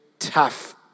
Tough